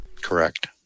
Correct